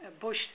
Bush